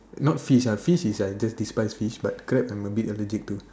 not fish ah fish is I just despise fish but crab I'm a bit allergic to